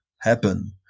happen